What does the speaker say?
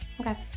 Okay